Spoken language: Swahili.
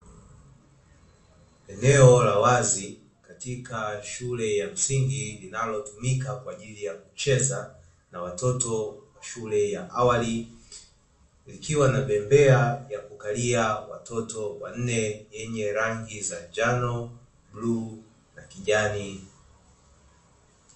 Eneo la wazi katika shule ya msingi linalotumika kwa ajili ya kucheza na watoto wa shule ya awali, likiwa na bembea ya kukalia watoto wanne yenye rangi za njano, bluu na kijani.